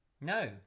No